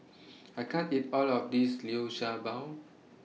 I can't eat All of This Liu Sha Bao